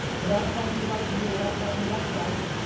without talking about a deal, without talking about price,